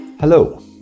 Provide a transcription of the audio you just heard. Hello